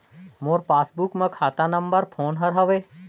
मोर passbook मे खाता number कोन हर हवे?